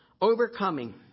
Overcoming